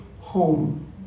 home